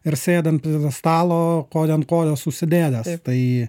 ir sėdant stalo koją ant kojos užsidėjęs tai